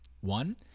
One